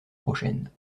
prochaine